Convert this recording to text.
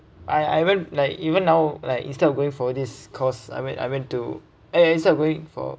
I I even like even now like instead of going for this course I went I went to uh instead of going for